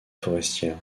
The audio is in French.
forestière